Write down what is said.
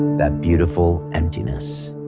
that beautiful emptiness,